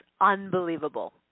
unbelievable